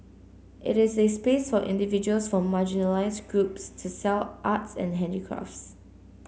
it is a space for individuals from marginalised groups to sell arts and handicrafts